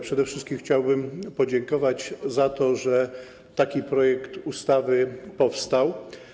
Przede wszystkim chciałbym podziękować za to, że taki projekt ustawy powstał.